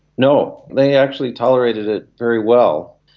no, they actually tolerated it very well.